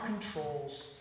controls